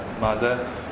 mother